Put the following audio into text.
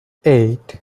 eight